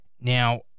Now